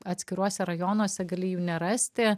atskiruose rajonuose gali jų nerasti